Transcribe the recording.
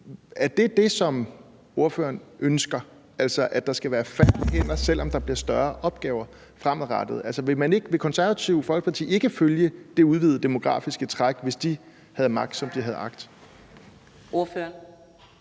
om det er det, ordføreren ønsker, altså at der skal være færre hænder, selv om der bliver større opgaver fremadrettet? Ville Det Konservative Folkeparti ikke følge det udvidede demografiske træk, hvis de havde magt, som de har agt? Kl.